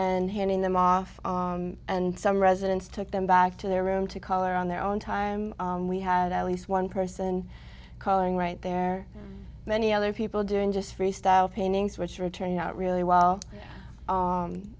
then handing them off and some residents took them back to their room to color on their own time we had at least one person calling right there many other people doing just freestyle paintings which return out really well